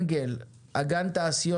הדגמנו את זה כאחד האתגרים